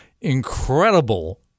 incredible